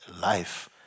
life